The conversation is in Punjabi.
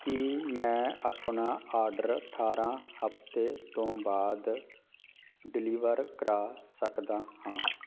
ਕੀ ਮੈਂ ਆਪਣਾ ਆਡਰ ਅਠਾਰ੍ਹਾਂ ਹਫ਼ਤੇ ਤੋਂ ਬਾਅਦ ਡਿਲੀਵਰ ਕਰਾ ਸਕਦਾ ਹਾਂ